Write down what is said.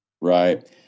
Right